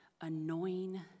annoying